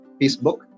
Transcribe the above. Facebook